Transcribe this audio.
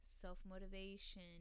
self-motivation